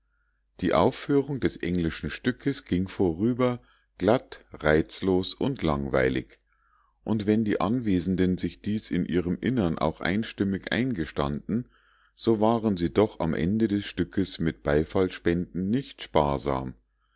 die aufführung des englischen stückes ging vorüber glatt reizlos und langweilig und wenn die anwesenden sich dies in ihrem innern auch einstimmig eingestanden so waren sie doch am ende des stückes mit beifallsspenden nicht sparsam